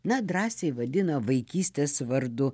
na drąsiai vadina vaikystės vardu